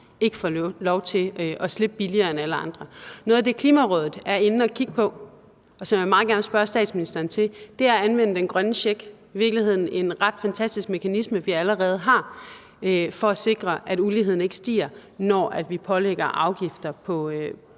ikke får lov til at slippe billigere end alle andre. Noget af det, Klimarådet er inde at kigge på, og som jeg meget gerne vil spørge statsministeren til, er at anvende den grønne check. Det er i virkeligheden en ret fantastisk mekanisme, vi allerede har, for at sikre, at uligheden ikke stiger, når vi lægger afgifter på